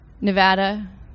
Nevada